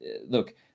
look